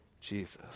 Jesus